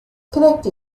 krekt